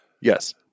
Yes